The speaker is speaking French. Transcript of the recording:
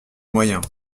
moyens